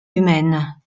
humaine